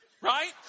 Right